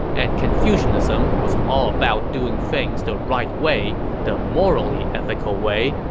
and confucianism was all about doing things the right way, the morally ethical way,